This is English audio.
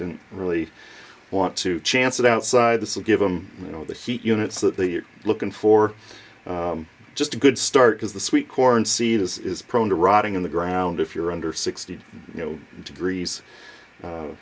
didn't really want to chance it outside this will give them you know the heat units that they are looking for just a good start is the sweet corn seed as is prone to rotting in the ground if you're under sixty degrees